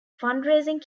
fundraising